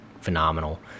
phenomenal